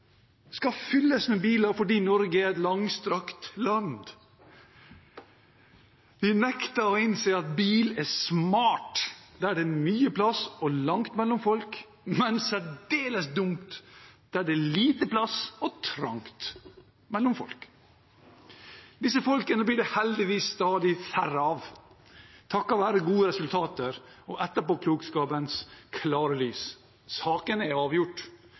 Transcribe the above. skal fylles med biler – fordi Norge er et langstrakt land. De nekter å innse at bil er smart der det er mye plass og langt mellom folk, men særdeles dumt der det er lite plass og trangt mellom folk. Disse folkene blir det heldigvis stadig færre av, takket være gode resultater og etterpåklokskapens klare lys. Saken er avgjort.